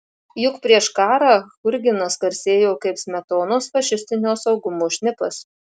juk prieš karą churginas garsėjo kaip smetonos fašistinio saugumo šnipas